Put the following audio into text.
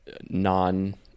non